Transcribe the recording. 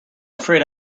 afraid